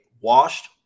washed